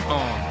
on